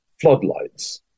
floodlights